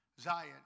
Zion